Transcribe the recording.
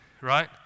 Right